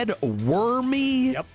wormy